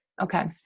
Okay